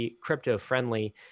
crypto-friendly